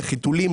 לחיתולים,